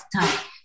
time